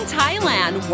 Thailand